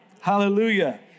Hallelujah